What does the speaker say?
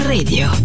Radio